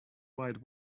wide